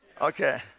Okay